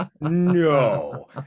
no